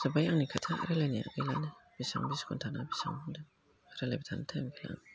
जोब्बाय आंनि खोथा रायज्लायनाया रायज्लायबाय थानो टाइम गैला